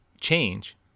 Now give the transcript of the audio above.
change